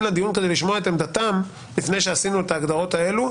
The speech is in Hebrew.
לדיון כדי לשמוע את עמדתם לפני שעשינו את ההגדרות האלו,